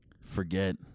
Forget